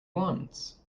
wants